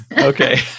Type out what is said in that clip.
Okay